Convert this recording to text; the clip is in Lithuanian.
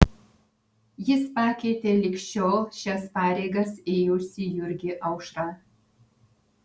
jis pakeitė lig šiol šias pareigas ėjusį jurgį aušrą